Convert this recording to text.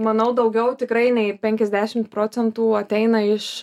manau daugiau tikrai nei penkiasdešimt procentų ateina iš